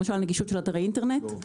למשל, נגישות לאתר האינטרנט.